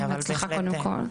בהצלחה, קודם כל.